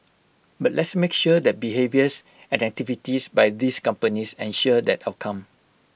but let's make sure that behaviours and activities by these companies ensure that outcome